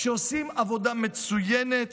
שעושים עבודה מצוינת